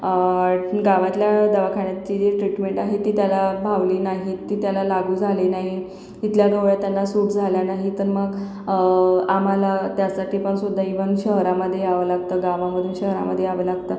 गावातल्या दवाखान्याची जी ट्रीटमेंट आहे ती त्याला भावली नाही ती त्याला लागू झाली नाही इथल्या गोळ्या त्यांना सूट झाल्या नाही तर मग आम्हाला त्यासाठी पन सुद्धा इवन शहरामध्ये यावं लागतं गावामधून शहरामध्ये यावं लागतं